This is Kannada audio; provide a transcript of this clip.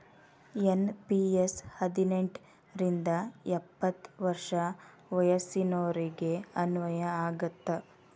ಎನ್.ಪಿ.ಎಸ್ ಹದಿನೆಂಟ್ ರಿಂದ ಎಪ್ಪತ್ ವರ್ಷ ವಯಸ್ಸಿನೋರಿಗೆ ಅನ್ವಯ ಆಗತ್ತ